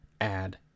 add